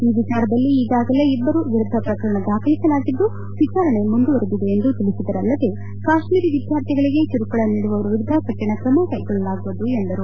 ಈ ವಿಚಾರದಲ್ಲಿ ಈಗಾಗಲೇ ಇಬ್ಬರ ವಿರುದ್ದ ಪ್ರಕರಣ ದಾಖಲಸಲಾಗಿದ್ದು ವಿಚಾರಣೆ ಮುಂದುವರೆದಿದೆ ಎಂದು ತಿಳಿಸಿದರಲ್ಲದೆ ಕಾಶ್ಮೀರಿ ವಿದ್ವಾರ್ಥಿಗಳಿಗೆ ಕಿರುಕುಳ ನೀಡುವವರ ವಿರುದ್ದ ಕಠಿಣ ಕ್ರಮ ಕೈಗೊಳ್ಳಲಾಗುವುದು ಎಂದರು